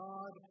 God